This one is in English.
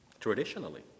traditionally